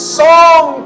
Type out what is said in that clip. song